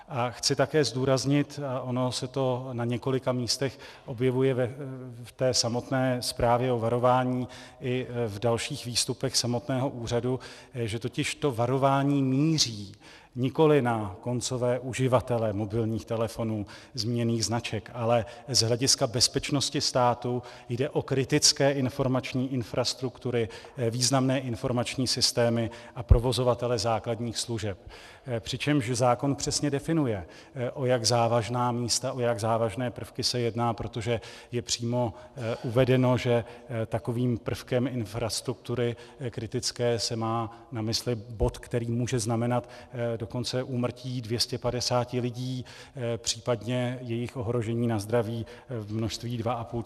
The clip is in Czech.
A chci také zdůraznit, ono se to na několika místech objevuje v té samotné zprávě o varování i v dalších výstupech samotného úřadu, že totiž to varování míří nikoli na koncové uživatele mobilních telefonů zmíněných značek, ale z hlediska bezpečnosti státu jde o kritické informační infrastruktury, významné informační systémy a provozovatele základních služeb, přičemž zákon přesně definuje, o jak závažná místa, o jak závažné prvky se jedná, protože je přímo uvedeno, že takovým prvkem kritické infrastruktury se má na mysli bod, který může znamenat dokonce úmrtí 250 lidí, případně jejich ohrožení na zdraví v množství 2 500 a víc.